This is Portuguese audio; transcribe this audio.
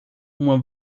uma